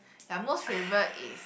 ya most favourite is